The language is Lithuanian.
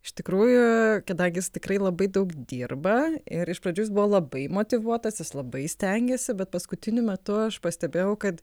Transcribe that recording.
iš tikrųjų kadangi jis tikrai labai daug dirba ir iš pradžių jis buvo labai motyvuotas jis labai stengėsi bet paskutiniu metu aš pastebėjau kad